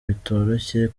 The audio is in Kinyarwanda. bitoroshye